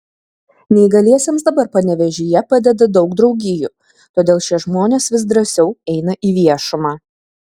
neįgaliesiems dabar panevėžyje padeda daug draugijų todėl šie žmonės vis drąsiau eina į viešumą